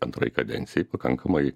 antrai kadencijai pakankamai